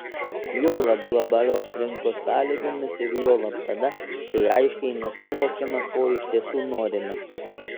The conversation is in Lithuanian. juolab globalios rinkos sąlygomis ir juolab tada kai aiškiai nesuvokiame ko iš tiesų norime